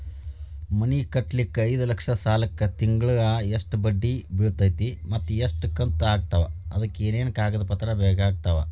ಮನಿ ಕಟ್ಟಲಿಕ್ಕೆ ಐದ ಲಕ್ಷ ಸಾಲಕ್ಕ ತಿಂಗಳಾ ಎಷ್ಟ ಬಡ್ಡಿ ಬಿಳ್ತೈತಿ ಮತ್ತ ಎಷ್ಟ ಕಂತು ಆಗ್ತಾವ್ ಅದಕ ಏನೇನು ಕಾಗದ ಪತ್ರ ಬೇಕಾಗ್ತವು?